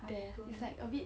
there it's like a bit